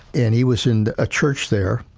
and he was in a church there,